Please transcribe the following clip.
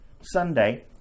Sunday